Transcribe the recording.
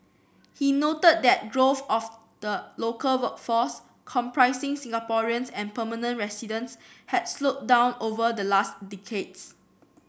he noted that growth of the local workforce comprising Singaporeans and permanent residents had slowed down over the last decades